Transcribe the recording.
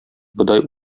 бодай